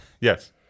yes